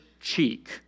cheek